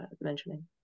mentioning